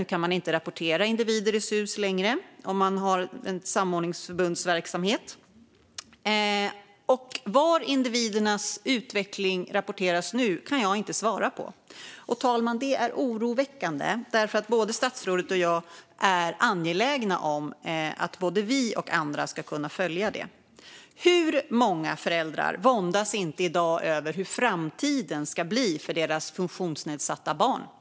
Nu kan samordningsförbunden inte rapportera individer i SUS längre. Var individernas utveckling rapporteras nu kan jag inte svara på. Det är oroväckande, fru talman, därför att både statsrådet och jag är angelägna om att både vi och andra ska kunna följa det. Hur många föräldrar våndas inte i dag till exempel över hur framtiden ska bli för deras funktionsnedsatta barn?